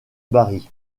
barry